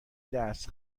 دست